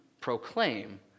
proclaim